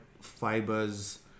fibers